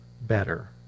better